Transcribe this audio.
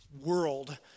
world